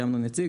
שאמנון הציג,